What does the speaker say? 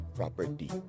property